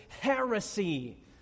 heresy